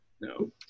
No